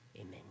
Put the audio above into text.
amen